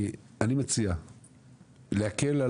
אני מציע להקל,